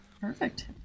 Perfect